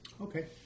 Okay